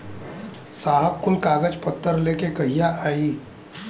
साहब कुल कागज पतर लेके कहिया आई?